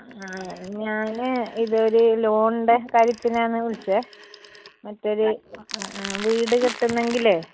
ഞാൻ ഇതൊരു ലോണിന്റെ കാര്യത്തിനാണ് വിളിച്ചത് മറ്റൊരു വീട് കെട്ടുന്നെങ്കിൽ